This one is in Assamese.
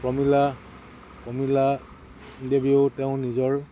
প্ৰমিলা প্ৰমিলা দেৱীও তেওঁ নিজৰ